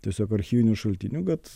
tiesiog archyvinių šaltinių kad